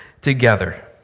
together